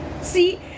See